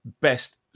best